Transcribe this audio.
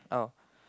oh